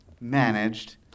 managed